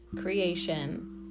creation